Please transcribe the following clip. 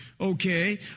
Okay